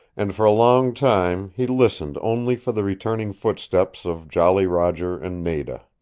and for a long time he listened only for the returning footsteps of jolly roger and nada.